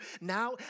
now